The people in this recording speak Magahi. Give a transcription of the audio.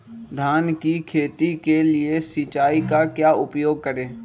धान की खेती के लिए सिंचाई का क्या उपयोग करें?